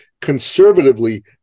conservatively